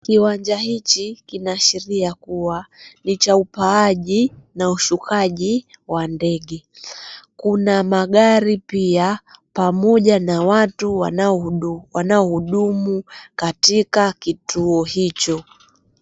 Kiwanja hichi kinaashiria kuwa ni cha upaaji na ushukaji wa ndege. Kuna magari pia, pamoja na watu wanaohudumu katika kituo hicho.